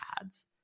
ads